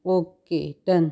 okay done